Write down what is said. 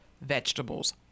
vegetables